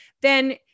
then-